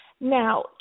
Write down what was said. Now